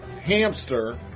hamster